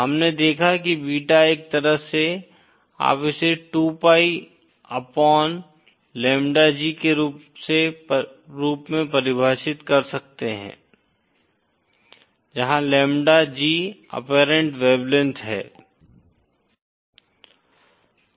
हमने देखा कि बीटा एक तरह से आप इसे 2pi अपॉन लैम्ब्डा G के रूप में परिभाषित कर सकते हैं जहां लैम्ब्डा G ऍपेरेंट वेवलेंथ है